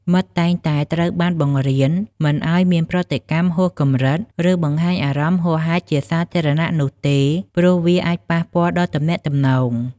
មិត្តតែងតែត្រូវបានបង្រៀនមិនឱ្យមានប្រតិកម្មហួសកម្រិត ឬ បង្ហាញអារម្មណ៍ហួសហេតុជាសាធារណៈនោះទេ ព្រោះវាអាចប៉ះពាល់ដល់ទំនាក់ទំនង។